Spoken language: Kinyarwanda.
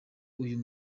uyu